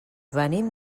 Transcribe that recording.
venim